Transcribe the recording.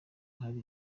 hari